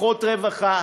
פחות רווחה,